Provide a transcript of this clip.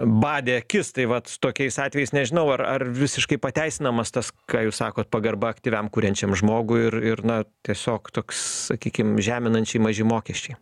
badė akis tai vat tokiais atvejais nežinau ar ar visiškai pateisinamas tas ką jūs sakot pagarba aktyviam kuriančiam žmogui ir ir na tiesiog toks sakykim žeminančiai maži mokesčiai